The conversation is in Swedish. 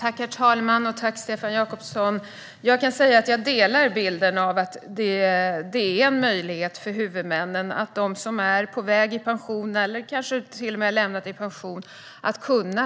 Herr talman! Jag delar bilden att det är en möjlighet för huvudmännen att ge möjligheten för dem som är på väg att gå i pension eller kanske till och med har gått i pension att